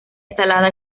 ensalada